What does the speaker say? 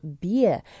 beer